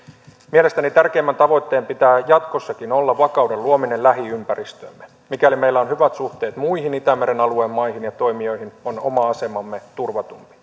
mielestäni tärkeimmän tavoitteen pitää jatkossakin olla vakauden luominen lähiympäristöömme mikäli meillä on hyvät suhteet muihin itämeren alueen maihin ja toimijoihin on oma asemamme turvatumpi